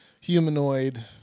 humanoid